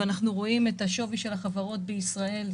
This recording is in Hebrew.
אנחנו רואים את שווי החברות המתחדשות בישראל.